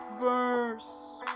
verse